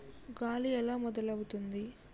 గాలి ఎలా మొదలవుతుంది?